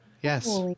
Yes